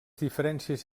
diferències